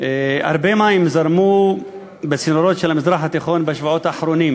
הרבה מים זרמו בצינורות של המזרח התיכון בשבועות האחרונים: